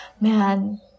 man